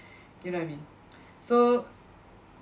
you know what I mean so